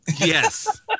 Yes